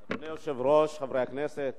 אדוני היושב-ראש, חברי הכנסת,